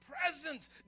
presence